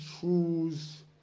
choose